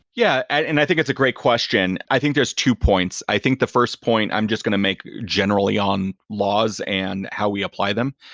yeah, and i think it's a great question. i think there're two points. i think the first point i'm just going to make generally on laws and how we apply them.